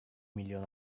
milyon